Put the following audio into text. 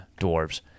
dwarves